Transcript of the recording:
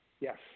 yes